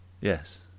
Yes